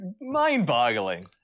mind-boggling